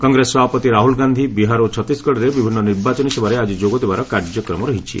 କଂଗ୍ରେସ ସଭାପତି ରାହୁଲ ଗାନ୍ଧି ବିହାର ଏବଂ ଛତିଶଗଡ଼ରେ ବିଭିନ୍ନ ନିର୍ବାଚନୀ ସଭାରେ ଆଜି ଯୋଗଦେବାର କାର୍ଯ୍ୟକ୍ରମ ରହିଛି